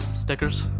stickers